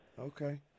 Okay